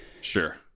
Sure